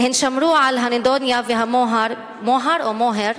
הן שמרו על הנדוניה והמוהר, מוהַר או מוהֶר?